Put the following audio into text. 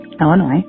Illinois